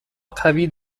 قوی